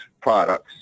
products